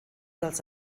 dels